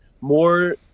more